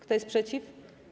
Kto jest przeciw?